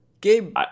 Gabe